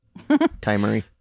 Timery